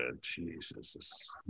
Jesus